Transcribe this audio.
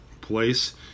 Place